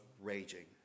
Raging